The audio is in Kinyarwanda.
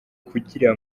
kugira